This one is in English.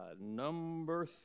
number